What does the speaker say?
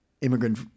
immigrant